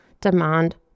demand